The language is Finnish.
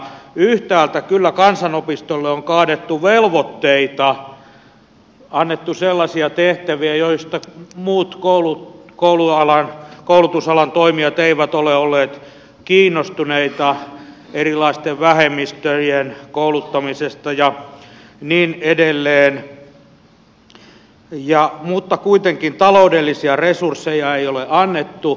yhtäältä kansanopistolle on kaadettu kyllä velvoitteita annettu sellaisia tehtäviä joista muut koulutusalan toimijat eivät ole olleet kiinnostuneita erilaisten vähemmistöjen kouluttamisesta ja niin edelleen mutta kuitenkaan taloudellisia resursseja ei ole annettu